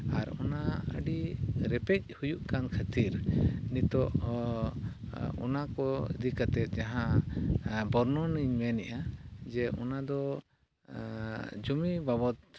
ᱟᱨ ᱚᱱᱟ ᱟᱹᱰᱤ ᱨᱮᱯᱮᱡᱽ ᱦᱩᱭᱩᱜ ᱠᱟᱱ ᱠᱷᱟᱹᱛᱤᱨ ᱱᱤᱛᱳᱜ ᱚᱱᱟ ᱠᱚ ᱤᱫᱤ ᱠᱟᱛᱮᱫ ᱡᱟᱦᱟᱸ ᱵᱚᱨᱱᱚᱱᱤᱧ ᱢᱮᱱᱼᱮᱫᱟ ᱡᱮ ᱚᱱᱟᱫᱚ ᱡᱩᱢᱤ ᱵᱟᱵᱚᱫᱽ